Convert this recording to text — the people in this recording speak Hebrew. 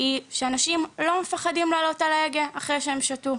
היא שאנשים לא מפחדים לעלות על ההגה אחרי שהם שתו.